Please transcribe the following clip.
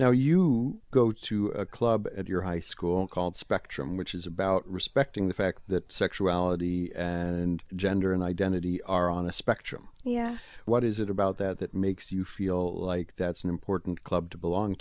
now you go to a club at your high school called spectrum which is about respecting the fact that sexuality and gender and identity are on the spectrum yeah what is it about that that makes you feel like that's an important club to belong